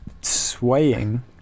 swaying